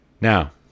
Now